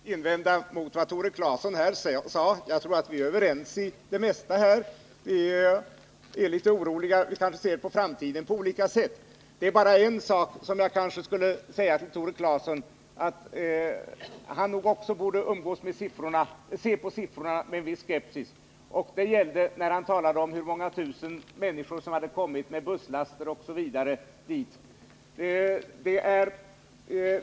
Herr talman! Jag har ingenting att invända mot det Tore Claeson sade. Jag tror att vi är överens i det mesta här. Vi är båda oroliga, men vi kanske ser på framtiden på litet olika sätt. Det är bara en sak till som jag skulle vilja säga: Tore Claeson kanske också borde se på siffrorna med viss skepsis. Det gäller främst när han talar om hur många tusen människor som hade kommit dit med busslaster osv.